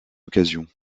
occasion